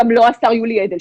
גם לא השר יולי אדלשטיין.